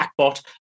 chatbot